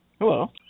Hello